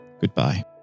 goodbye